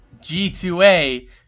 G2A